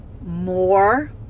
more